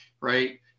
right